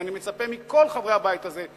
ואני מצפה מכל חברי הבית הזה,